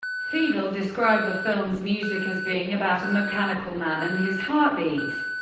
fiedel described the film's music as being about a mechanical man and his heartbeat.